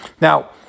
Now